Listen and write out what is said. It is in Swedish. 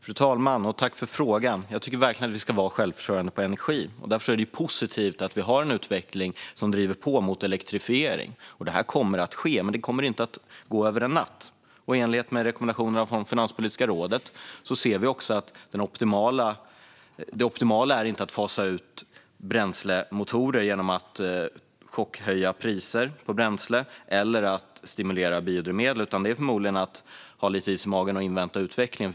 Fru talman! Tack för frågan! Jag tycker verkligen att vi ska vara självförsörjande på energi. Därför är det positivt att vi har en utveckling som driver på mot elektrifiering. Detta kommer att ske, men det kommer inte att gå över en natt. I enlighet med rekommendationerna från Finanspolitiska rådet anser vi också att det optimala inte är att fasa ut bränslemotorer genom att chockhöja priser på bränsle eller att stimulera biodrivmedel, utan det är förmodligen att ha lite is i magen och invänta utvecklingen.